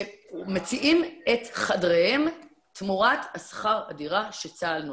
שמציעים את חדריהם תמורת שכר הדירה שצה"ל נותן.